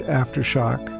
aftershock